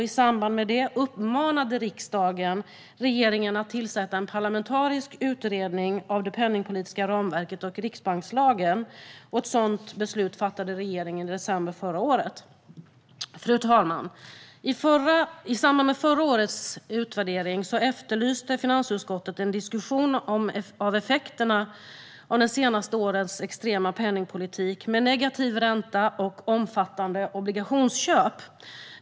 I samband med det uppmanade riksdagen regeringen att tillsätta en parlamentarisk utredning om det penningpolitiska ramverket och riksbankslagen. Ett sådant beslut fattade regeringen i december förra året. Fru talman! I samband med förra årets utvärdering efterlyste finansutskottet en diskussion om effekterna av de senaste årens extrema penningpolitik med negativ ränta och omfattande obligationsköp.